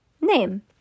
Name